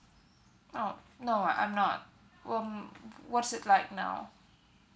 oh no I I'm not um what's it like now